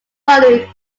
following